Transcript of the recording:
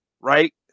Right